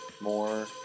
more